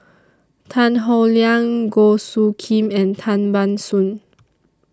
Tan Howe Liang Goh Soo Khim and Tan Ban Soon